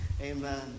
Amen